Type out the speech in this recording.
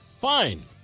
fine